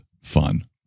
fun